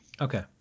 Okay